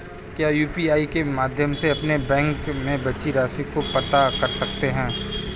क्या यू.पी.आई के माध्यम से अपने बैंक में बची राशि को पता कर सकते हैं?